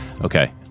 Okay